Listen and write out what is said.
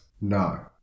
no